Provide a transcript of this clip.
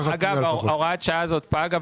אגב, הוראת השעה הזו פגה.